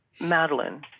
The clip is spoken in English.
Madeline